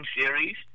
series